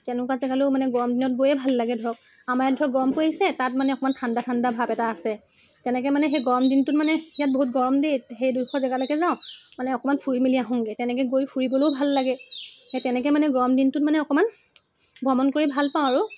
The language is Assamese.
তেনেকুৱা জেগালৈও মানে গৰম দিনত গৈয়ে ভাল লাগে ধৰক আমাৰ ইয়াত ধৰক গৰম পৰিছে তাত মানে অকণমান ঠাণ্ডা ঠাণ্ডা ভাৱ এটা আছে তেনেকৈ মানে সেই গৰম দিনটোত মানে ইয়াত বহুত গৰম দিয়ে সেইডোখৰ জেগালৈকে যাওঁ মানে অকণমান ফুৰি মেলি আহোগৈ তেনেকৈ গৈ ফুৰিবলেও ভাল লাগে সেই তেনেকৈ মানে গৰম দিনটোত মানে অকণমান ভ্ৰমণ কৰি ভাল পাওঁ আৰু